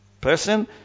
person